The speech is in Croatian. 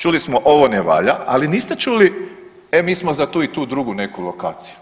Čuli smo ovo ne valja, ali niste čuli e mi smo za tu i tu drugu neku lokaciju.